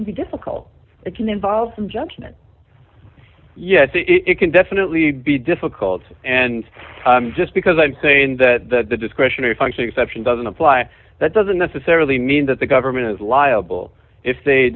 can be difficult it can involve some judgment yes it can definitely be difficult and just because i'm saying that the discretionary function exception doesn't apply that doesn't necessarily mean that the government is liable if they